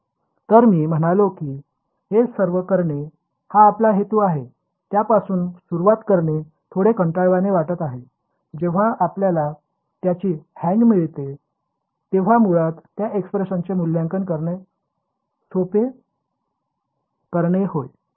तर मी म्हणालो की हे सर्व करणे हा आपला हेतू आहे त्यापासून सुरुवात करणे थोडे कंटाळवाणे वाटत आहे जेव्हा आपल्याला त्याची हँग मिळते तेव्हा मुळात या एक्सप्रेशनचे मूल्यांकन करणे सोपे करणे होय ठीक